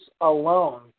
alone